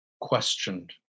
Questioned